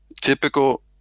typical